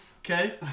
Okay